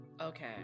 Okay